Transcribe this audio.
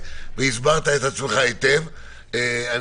אני